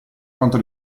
quanto